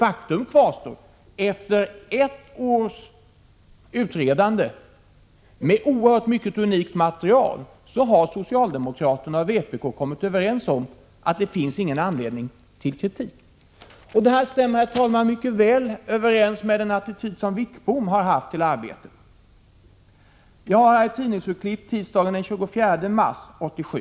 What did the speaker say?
Faktum kvarstår: efter ett års utredande med oerhört mycket av unikt material har socialdemokraterna och vpk kommit överens om att det inte finns någon anledning till kritik. Herr talman! Detta stämmer mycket väl överens med den attityd som Sten Wickbom har haft till arbetet. Jag har här ett tidningsurklipp från tisdagen den 24 mars 1987.